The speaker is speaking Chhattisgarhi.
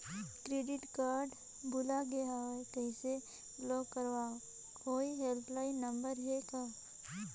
क्रेडिट कारड भुला गे हववं कइसे ब्लाक करव? कोई हेल्पलाइन नंबर हे का?